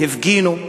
הפגינו,